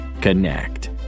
Connect